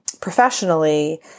professionally